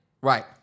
Right